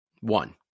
one